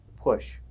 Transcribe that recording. push